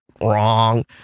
Wrong